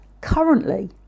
currently